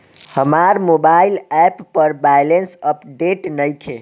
हमार mobile app पर balance update नइखे